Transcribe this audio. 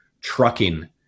trucking